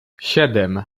siedem